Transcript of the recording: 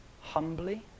humbly